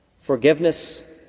Forgiveness